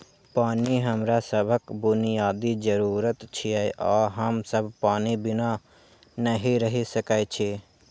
पानि हमरा सभक बुनियादी जरूरत छियै आ हम सब पानि बिना नहि रहि सकै छी